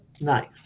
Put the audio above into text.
Nice